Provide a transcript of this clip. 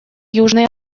южной